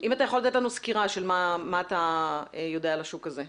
ואם אתה יכול לתת לנו סקירה של מה אתה יודע על השוק הזה.